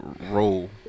Roll